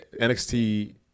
NXT